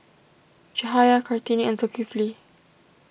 Cahaya Kartini and Zulkifli